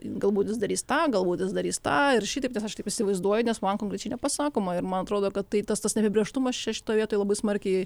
galbūt jis darys tą galbūt jis darys tą šitaip nes aš taip įsivaizduoju nes man konkrečiai nepasakoma ir man atrodo kad tai tas tas neapibrėžtumas čia šitoj vietoj labai smarkiai